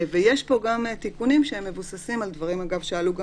יש פה גם תיקונים שמבוססים על דברים שעלו גם